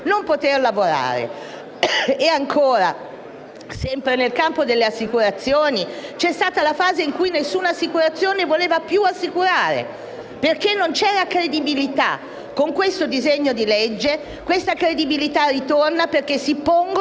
non poter lavorare. E ancora, sempre nel campo delle assicurazioni, c'è stata una fase in cui nessuna società voleva più assicurare perché non c'era più credibilità. Con questo disegno di legge questa credibilità ritorna, perché si pongono